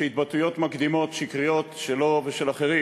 שהתבטאויות מוקדמות שקריות שלו ושל אחרים